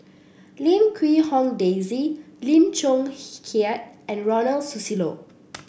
Lim Quee Hong Daisy Lim Chong Keat and Ronald Susilo